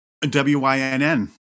W-Y-N-N